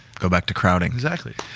go back to crowding. exactly.